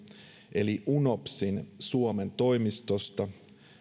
eli unopsin suomen toimistosta